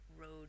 road